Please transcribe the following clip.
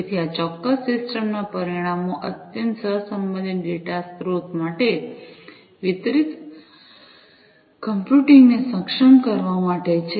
તેથી આ ચોક્કસ સિસ્ટમ ના પરિણામો અત્યંત સહસંબંધિત ડેટા સ્ત્રોતો માટે વિતરિત કમ્પ્યુટિંગ ને સક્ષમ કરવા માટે છે